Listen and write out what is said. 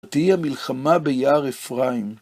תהיה מלחמה ביער אפרים